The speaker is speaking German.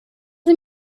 sie